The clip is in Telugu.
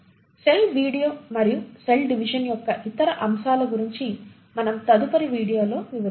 సెల్ వీడియో మరియు సెల్ డివిజన్ యొక్క ఇతర అంశాల గురించి మనం తదుపరి వీడియోలో వివరిస్తాను